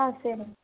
ஆ சரிங்க